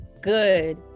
good